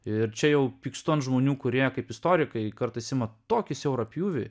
ir čia jau pykstu ant žmonių kurie kaip istorikai kartais ima tokį siaurą pjūvį